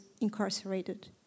incarcerated